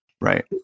Right